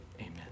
Amen